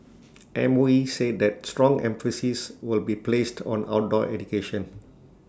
M O E said that strong emphasis will be placed on outdoor education